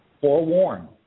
forewarned